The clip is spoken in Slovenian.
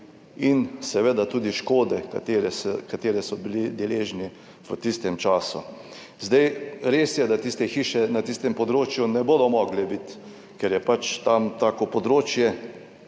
in seveda tudi škode katere so bili deležni v tistem času. Res je, da tiste hiše na tistem področju ne bodo mogle biti, ker je pač tam tako področje,